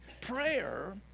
Prayer